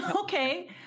Okay